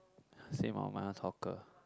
same or my one soccer